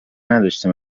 نداشته